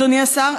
אדוני השר,